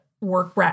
work